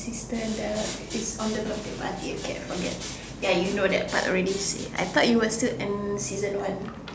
sister and the is on the birthday party okay I forget ya you know that part already I thought you were still in season one